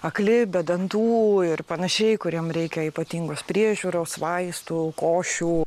akli be dantų ir panašiai kuriem reikia ypatingos priežiūros vaistų košių